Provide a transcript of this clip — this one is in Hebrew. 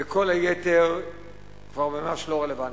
וכל היתר כבר ממש לא רלוונטי.